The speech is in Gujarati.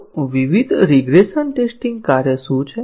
તો વિવિધ રીગ્રેસન ટેસ્ટીંગ કાર્યો શું છે